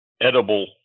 edible